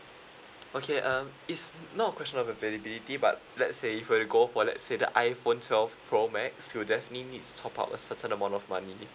okay um it's not a question of availability but let's say if we'll go for let's say the iphone twelve pro max you'll definitely need to top up a certain amount of money